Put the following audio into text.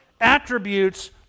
attributes